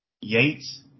Yates